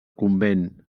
convent